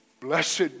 Blessed